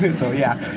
so yeah,